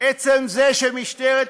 עצם זה שמשטרת ישראל,